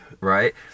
right